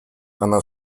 она